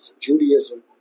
Judaism